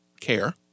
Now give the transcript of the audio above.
care